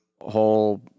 whole